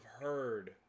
heard